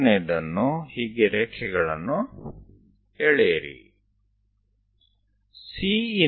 પહેલી બીજી ત્રીજી ચોથી